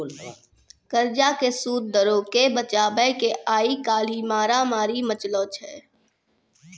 कर्जा के सूद दरो के बचाबै के आइ काल्हि मारामारी मचलो छै